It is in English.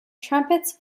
trumpets